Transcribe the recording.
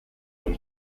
when